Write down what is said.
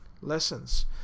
lessons